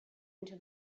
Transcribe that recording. into